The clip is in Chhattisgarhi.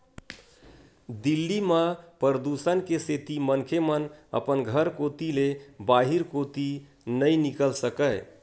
दिल्ली म परदूसन के सेती मनखे मन अपन घर कोती ले बाहिर कोती नइ निकल सकय